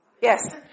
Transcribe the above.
Yes